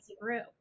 group